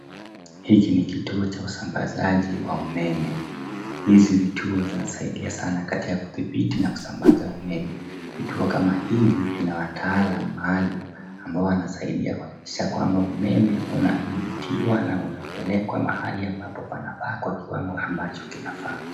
Hiki ni kituo cha usambazaji wa umeme. Hizi vituo zinasaidia sana katika kudhibiti na kusambaza umeme. Vituo kama hivi vina wataalamu maalum ambao wanasaidia kuhakikisha kwamba umeme unadhibitiwa na unapelekwa mahali ambapo panafaa kwa kiwango ambacho kinafaa.